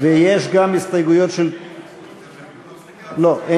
הסתייגויות שמבקשות הפחתת התקציב, לא התקבלו.